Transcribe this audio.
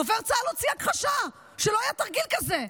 ודובר צה"ל הוציא הכחשה שלא היה תרגיל כזה.